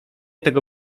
tego